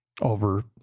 over